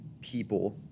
people